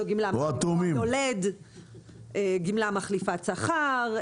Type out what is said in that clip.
זאת גמלה מחליפת שכר.